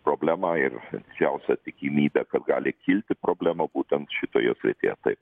problemą ir didžiausią tikimybę kad gali kilti problema būtent šitoje sudėtyje taip